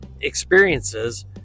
experiences